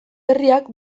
herriak